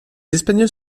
espagnols